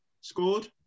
scored